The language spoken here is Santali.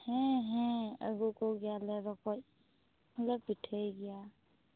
ᱦᱮᱸ ᱦᱮᱸ ᱟ ᱜᱩ ᱠᱚ ᱜᱮᱭᱟᱞᱮ ᱨᱚᱠᱚᱡ ᱦᱚᱞᱮ ᱯᱤᱴᱷᱟ ᱭ ᱜᱮᱭᱟ